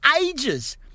ages